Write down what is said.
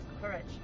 courage